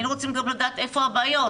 היינו רוצים גם לדעת איפה הבעיות.